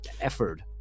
effort